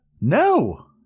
No